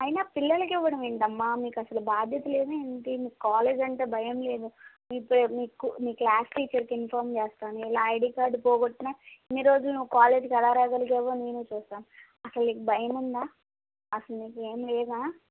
అయినా పిల్లలకి ఇవ్వడం ఏంటమ్మా మీకసలు బాధ్యత లేదా ఏంటి మీకు కాలేజీ అంటే భయం లేదా మీపే మీకు మీ క్లాస్ టీచర్కి ఇంఫార్మ్ చేస్తాను ఇలా ఐడీ కార్డ్ పోగొట్టినా ఇన్ని రోజులు నువు కాలేజ్కి ఎలా రాగలిగావు నేను చూస్తాను అసలు నీకు భయముందా అసలు నీకేం లేదా